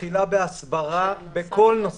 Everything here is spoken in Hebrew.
שמתחילה בהסברה בכל נושא.